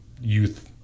youth